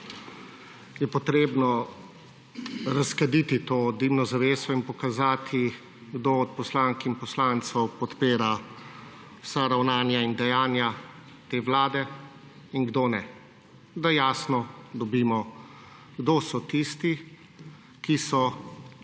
je treba razkaditi to dimno zaveso in pokazati, kdo od poslank in poslancev podpira vsa ravnanja in dejanja te vlade in kdo ne, da dobimo jasno sliko, kdo so tisti, ki so del